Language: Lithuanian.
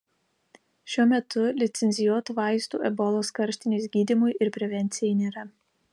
šiuo metu licencijuotų vaistų ebolos karštinės gydymui ir prevencijai nėra